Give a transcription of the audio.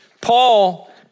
Paul